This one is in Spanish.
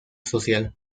social